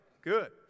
Good